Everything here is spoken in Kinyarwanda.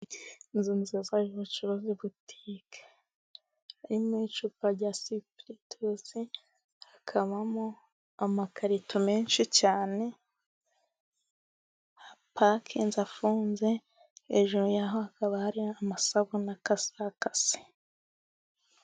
Inzu nziza y'ubucuruzi butike. Harimo icupa rya Sipuritusi, hakabamo amakarito menshi cyane apakinze afunze. Hejuru yaho hakaba hari amasabune akase. akase